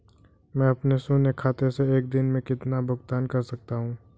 मैं अपने शून्य खाते से एक दिन में कितना भुगतान कर सकता हूँ?